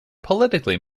politically